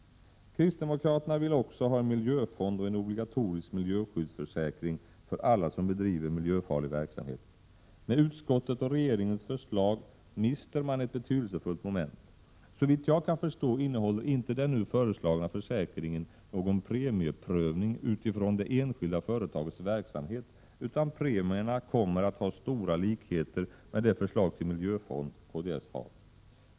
Kristdemokraterna vill också ha en miljöfond och en obligatorisk miljöskyddsförsäkring för alla som bedriver miljöfarlig verksamhet. Med utskottets och regeringens förslag mister man ett betydelsefullt moment. Såvitt jag kan förstå innehåller inte den nu föreslagna försäkringen någon premieprövning utifrån det enskilda företagets verksamhet, utan premierna kommer att ha stora likheter med det förslag till miljöfond som kds har.